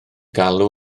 galw